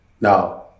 Now